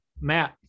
Matt